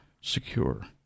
secure